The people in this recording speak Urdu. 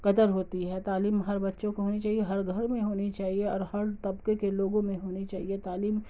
قدر ہوتی ہے تعلیم ہر بچوں کو ہونی چاہیے ہر گھر میں ہونی چاہیے اور ہر طبقے کے لوگوں میں ہونی چاہیے تعلیم